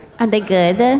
and they good?